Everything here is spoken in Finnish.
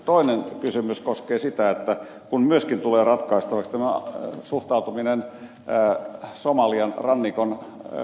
toinen kysymys koskee sitä että myöskin tulee ratkaistavaksi suhtautuminen somalian rannikon merirosvokysymykseen